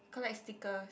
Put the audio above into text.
collect stickers